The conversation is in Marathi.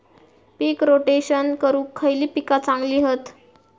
पीक रोटेशन करूक खयली पीका चांगली हत?